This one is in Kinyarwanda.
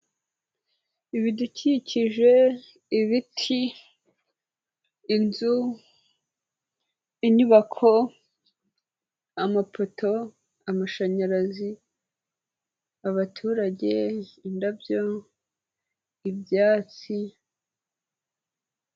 Ibidukikije, ibiti, inzu, inyubako, amapoto, amashanyarazi, abaturage, indabyo, ibyatsi.